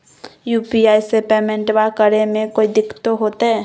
UPI से पेमेंटबा करे मे कोइ दिकतो होते?